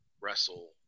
wrestle